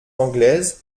anglaises